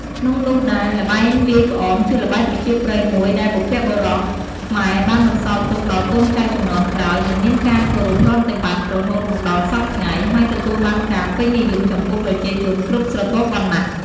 ក្នុងនោះដែរ ល្បែងវាយក្អមជាល្បែងប្រជាប្រិយមួយ ដែលបុរព្វបុរសខ្មែរបានបន្សល់ទុកដល់កូនចៅជំនាន់ក្រោយ និងមានការគោរពប្រតិបត្តិរហូតមកដល់សព្វថ្ងៃ ហើយទទួលបានការពេញនិយមចំពោះប្រជាជនគ្រប់ស្រទាប់វណ្ណៈ។